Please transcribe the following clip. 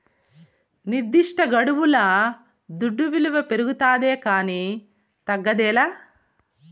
నిర్దిష్టగడువుల దుడ్డు విలువ పెరగతాదే కానీ తగ్గదేలా